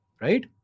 Right